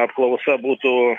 apklausa būtų